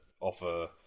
offer